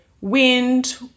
wind